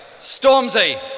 Stormzy